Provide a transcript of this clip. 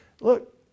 look